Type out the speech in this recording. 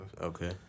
Okay